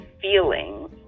feelings